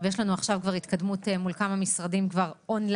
ויש לנו עכשיו כבר התקדמות מול כמה משרדים און-ליין